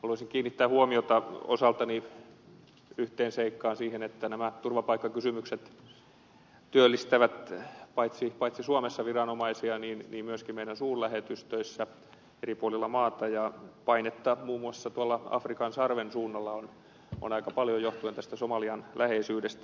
haluaisin kiinnittää huomiota osaltani yhteen seikkaan siihen että nämä turvapaikkakysymykset työllistävät paitsi suomessa viranomaisia niin myöskin meidän suurlähetystöissämme eri puolilla maailmaa ja painetta muun muassa tuolla afrikan sarven suunnalla on aika paljon johtuen tästä somalian läheisyydestä